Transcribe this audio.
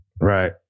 Right